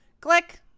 click